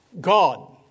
God